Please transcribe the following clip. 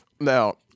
Now